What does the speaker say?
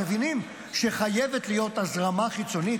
הם מבינים שחייבת להיות הזרמה חיצונית,